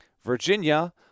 Virginia